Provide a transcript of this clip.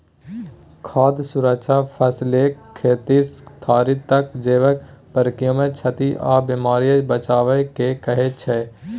खाद्य सुरक्षा फसलकेँ खेतसँ थारी तक जेबाक प्रक्रियामे क्षति आ बेमारीसँ बचाएब केँ कहय छै